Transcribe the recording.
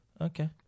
Okay